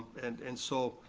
and and so,